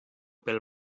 pel